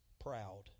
proud